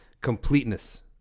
completeness